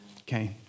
Okay